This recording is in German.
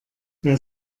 wer